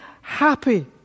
happy